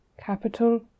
capital